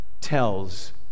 tells